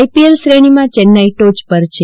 IPL શ્રેણીમાં ચેન્નાઈ ટોચ પર છે